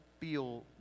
feel